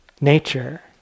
nature